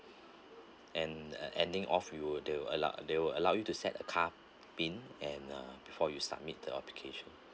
and adding off you'll they'll allow they will allow you to set a card P_I_N and uh before you submitted the application